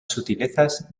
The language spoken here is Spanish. sutilezas